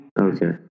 Okay